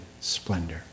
splendor